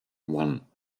one